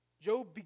Job